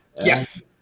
Yes